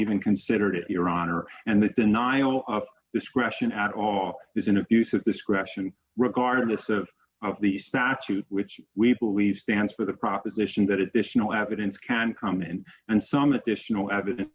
even considered it your honor and the denial of discretion at all is an abuse of discretion regardless of the statute which we believe stands for the proposition that additional evidence can come in and some additional eviden